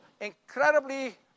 incredibly